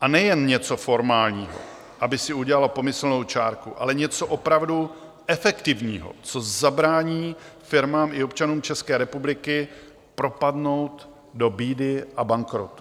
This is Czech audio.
a nejen něco formálního, aby si udělala pomyslnou čárku, ale něco opravdu efektivního, co zabrání firmám i občanům České republiky propadnout do bídy a bankrotu.